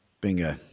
Bingo